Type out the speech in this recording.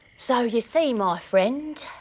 so you see my friend,